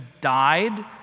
died